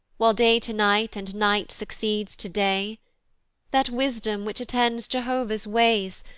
while day to night, and night succeeds to day that wisdom, which attends jehovah's ways,